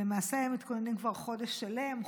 הם למעשה מתכוננים כבר חודש שלם.